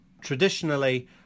Traditionally